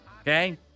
okay